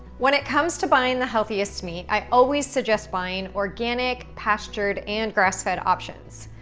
when it comes to buying the healthiest meat, i always suggest buying organic, pastured, and grass-fed options.